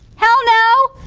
hell no.